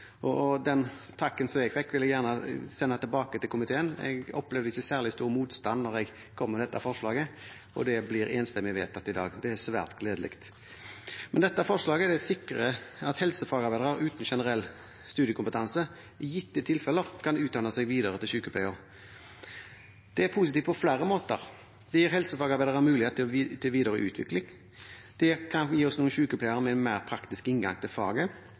til ingeniørutdanning. Den takken jeg fikk, vil jeg gjerne sende tilbake til komiteen. Jeg opplevde ikke særlig stor motstand da jeg kom med dette forslaget, og det blir enstemmig vedtatt i dag. Det er svært gledelig. Dette forslaget sikrer at helsefagarbeidere uten generell studiekompetanse i gitte tilfeller kan utdanne seg videre til sykepleiere. Det er positivt på flere måter. Det gir helsefagarbeidere mulighet til videre utvikling, og det kan gi oss noen sykepleiere med en mer praktisk inngang til faget,